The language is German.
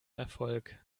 erfolg